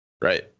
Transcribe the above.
Right